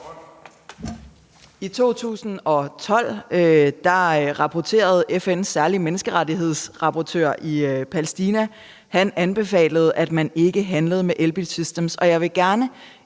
I 2012 rapporterede FN's særlige menneskerettighedsrapportør i Palæstina og anbefalede, at man ikke handlede med Elbit Systems.